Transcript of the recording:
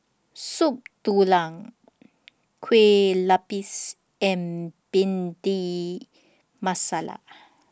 Soup Tulang Kue Lupis and Bhindi Masala